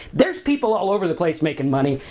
there's people all over the place making money.